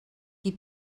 qui